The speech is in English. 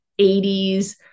80s